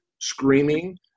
screaming